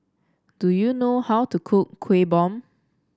do you know how to cook Kueh Bom